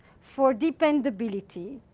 for dependability,